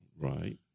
Right